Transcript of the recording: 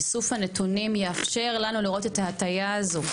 איסוף הנתונים יאפשר לנו לראות את ההטיה הזו.